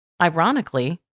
Ironically